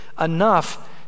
enough